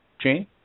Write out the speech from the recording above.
Jane